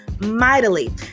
mightily